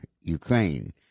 Ukraine